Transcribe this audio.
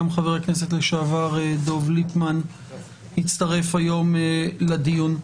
גם חבר הכנסת לשעבר דב ליפמן הצטרף היום לדיון.